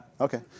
Okay